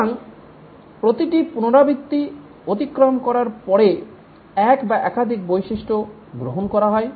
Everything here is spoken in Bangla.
সুতরাং প্রতিটি পুনরাবৃত্তি অতিক্রম করার পরে এক বা একাধিক বৈশিষ্ট্য গ্রহণ করা হয়